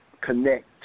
connect